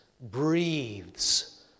breathes